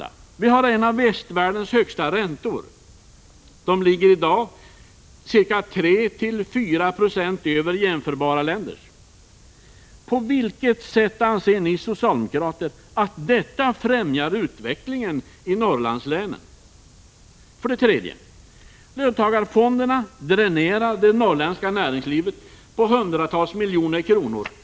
Vi har en av västvärldens högsta räntor. De ligger i dag 3-4 90 över jämförbara länders. På vilket sätt anser ni socialdemokrater att detta främjar utvecklingen i Norrlandslänen? 3. Löntagarfonderna dränerar det norrländska näringslivet på hundratals miljoner årligen.